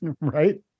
Right